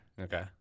Okay